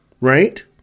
right